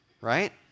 right